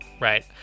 right